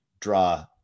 draw